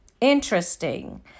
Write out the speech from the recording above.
Interesting